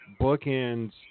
bookends